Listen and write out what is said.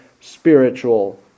Spiritual